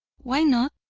why not?